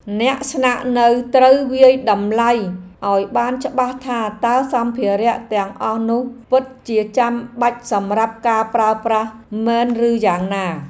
អ្នកស្នាក់នៅត្រូវវាយតម្លៃឱ្យបានច្បាស់ថាតើសម្ភារៈទាំងអស់នោះពិតជាចាំបាច់សម្រាប់ការប្រើប្រាស់មែនឬយ៉ាងណា។